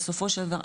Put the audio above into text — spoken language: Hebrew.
בסופו של דבר,